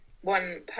one